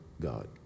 God